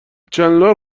چندلر